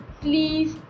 please